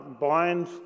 bind